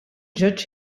judge